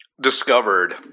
discovered